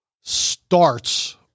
starts